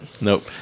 Nope